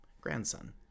grandson